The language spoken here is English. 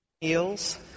heels